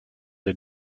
des